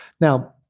Now